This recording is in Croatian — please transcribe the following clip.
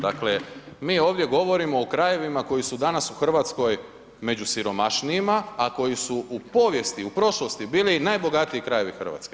Dakle, mi ovdje govorimo o krajevima koji su danas u RH među siromašnijima, a koji su u povijesti, u prošlosti bili najbogatiji krajevi RH.